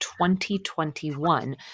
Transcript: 2021